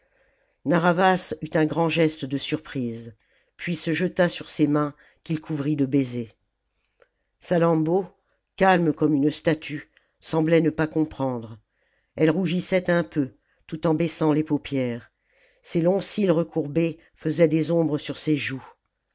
narr'havas eut un grand geste de surprise puis se jeta sur ses mains qu'il couvrit de baisers salammbô calme comme une statue semblait ne pas comprendre elle rougissait un peu tout en baissant les paupières ses longs cils recourbés faisaient des ombres sur ses joues